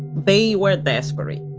they were desperate.